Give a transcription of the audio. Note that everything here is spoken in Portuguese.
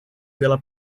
pela